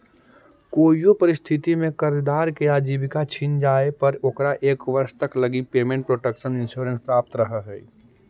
कोइयो परिस्थिति में कर्जदार के आजीविका छिन जाए पर ओकरा एक वर्ष तक लगी पेमेंट प्रोटक्शन इंश्योरेंस प्राप्त रहऽ हइ